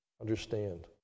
understand